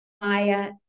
Maya